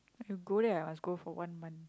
if you go there ah must go for one month